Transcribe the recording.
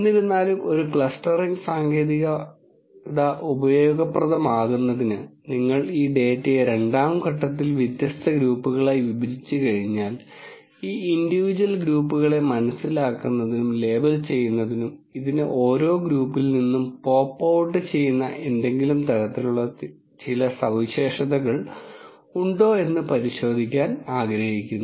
എന്നിരുന്നാലും ഒരു ക്ലസ്റ്ററിംഗ് സാങ്കേതികത ഉപയോഗപ്രദമാകുന്നതിന് നിങ്ങൾ ഈ ഡാറ്റയെ രണ്ടാം ഘട്ടത്തിൽ വ്യത്യസ്ത ഗ്രൂപ്പുകളായി വിഭജിച്ചുകഴിഞ്ഞാൽ ഈ ഇന്റിവിജ്വൽ ഗ്രൂപ്പുകളെ മനസ്സിലാക്കുന്നതിനും ലേബൽ ചെയ്യുന്നതിനും ഇതിന് ഓരോ ഗ്രൂപ്പിൽ നിന്നും പോപ്പ് ഔട്ട് ചെയ്യുന്ന ഏതെങ്കിലും തരത്തിലുള്ള ചില സവിശേഷതകൾ ഉണ്ടോ എന്ന് പരിശോധിക്കാൻ ഒരാൾ ആഗ്രഹിക്കുന്നു